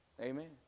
amen